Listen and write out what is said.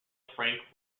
frank